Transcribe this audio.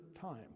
time